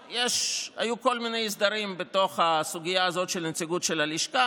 היו כל מיני הסדרים בתוך הסוגיה הזו של הנציגות של הלשכה,